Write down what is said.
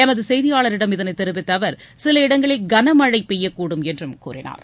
எமது செய்தியாளரிடம் இதனைத் தெரிவித்த அவர் சில இடங்களில் கனமழை பெய்யக்கூடும் என்றும் கூறினார்